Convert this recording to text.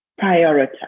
prioritize